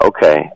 Okay